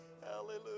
Hallelujah